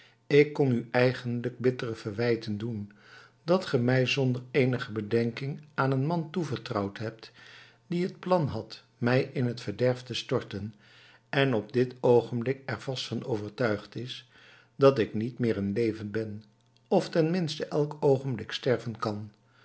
ik kon u eigenlijk bittere verwijten doen dat ge mij zonder eenige bedenking aan een man toevertrouwd hebt die het plan had mij in t verderf te storten en op dit oogenblik er vast van overtuigd is dat ik niet meer in leven ben of tenminste elk oogenblik sterven kan